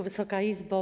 Wysoka Izbo!